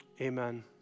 amen